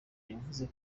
yavuze